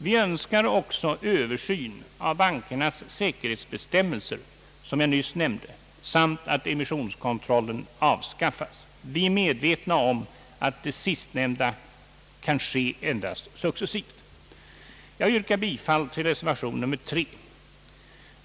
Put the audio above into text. Vi önskar också en översyn av bankernas säkerhetsbestämmelser — som jag nyss nämnde — samt att emissionskontrollen avskaffas. Jag yrkar bifall till reservation nr 3.